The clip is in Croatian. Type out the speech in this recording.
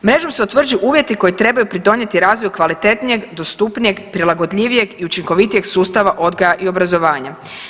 Mrežom se utvrđuju uvjeti koji trebaju pridonijeti razvoju kvalitetnijeg, dostupnijeg prilagodljivijeg i učinkovitijeg sustava odgoja i obrazovanja.